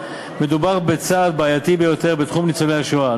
מדובר בצעד בעייתי ביותר בתחום ניצולי השואה.